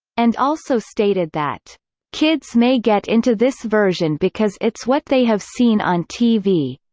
and also stated that kids may get into this version because it's what they have seen on tv.